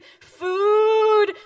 food